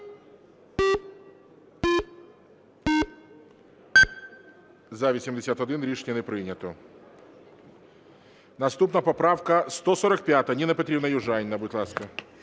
За-81 Рішення не прийнято. Наступна поправка 145. Ніна Петрівна Южаніна, будь ласка.